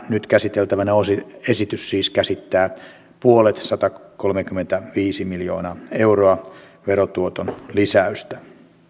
nyt käsiteltävänä oleva esitys siis käsittää puolet satakolmekymmentäviisi miljoonaa euroa verotuoton lisäystä